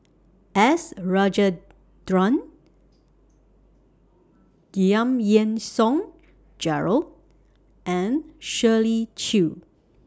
S Rajendran Giam Yean Song Gerald and Shirley Chew